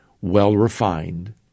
well-refined